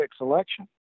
election